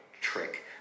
trick